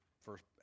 first